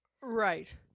Right